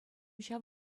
ҫав